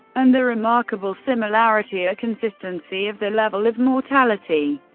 and the remarkable similarity or consistency of the level of mortality,